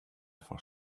for